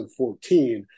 2014